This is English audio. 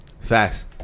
Facts